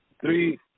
three